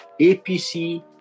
APC